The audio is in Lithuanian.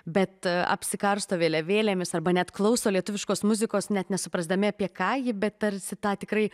bet apsikarsto vėliavėlėmis arba net klauso lietuviškos muzikos net nesuprasdami apie ką ji bet tarsi tą tikrai